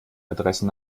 adressen